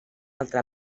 altra